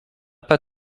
pas